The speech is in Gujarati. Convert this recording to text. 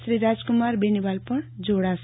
શ્રી રાજકુમાર બેનિવાલ પણ જોડાશે